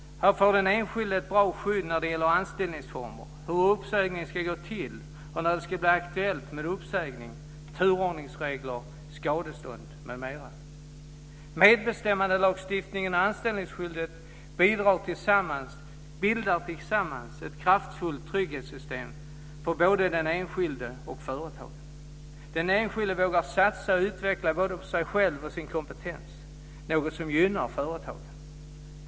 Här får den enskilde ett bra skydd när det gäller anställningsformer, hur uppsägning ska gå till, när det blir aktuellt med uppsägning, turordningsregler, skadestånd m.m. Medbestämmandelagstiftningen och anställningsskyddet bildar tillsammans ett kraftfullt trygghetssystem för både den enskilde och företagaren. Den enskilde vågar satsa och utveckla både sig själv och sin kompetens, något som gynnar företagen.